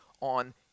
on